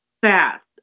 fast